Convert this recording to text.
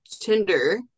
Tinder